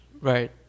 Right